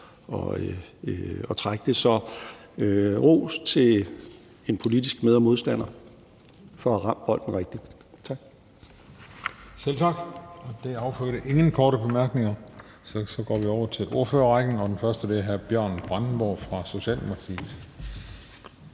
at trække det. Så ros til en politisk med- og modstander for at have ramt bolden rigtigt. Tak. Kl. 15:48 Den fg. formand (Christian Juhl): Selv tak. Det affødte ingen korte bemærkninger. Så går vi over til ordførerrækken, og den første er hr. Bjørn Brandenborg fra Socialdemokratiet.